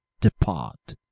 depart